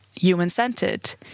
human-centered